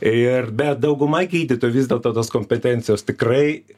ir bet dauguma gydytojų vis dėlto tos kompetencijos tikrai